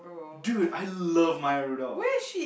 Dude I love Maya-Rudolph